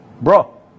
bro